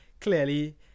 clearly